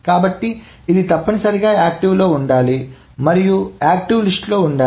కాబట్టి ఇది తప్పనిసరిగా యాక్టివ్లో ఉండాలి మరియు యాక్టివ్ లిస్ట్ లో ఉండాలి